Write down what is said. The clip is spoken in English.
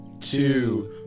two